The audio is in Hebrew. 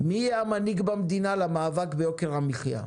מי המנהיג במדינה למאבק ביוקר המחיה.